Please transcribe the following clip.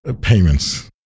payments